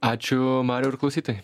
ačiū mariau ir klausytojai